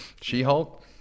She-Hulk